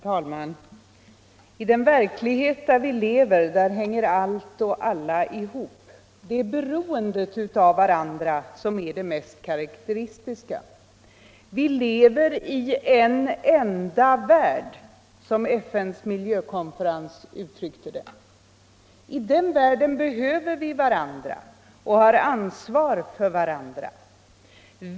Herr talman! I den verklighet där vi lever hänger allt och alla ihop. Det är vårt beroende av varandra som är det mest karakteristiska. Vi lever i en enda värld, som FN:s miljövårdskonferens uttryckte det. I den världen behöver vi varandra och har ansvar för varandra.